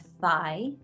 thigh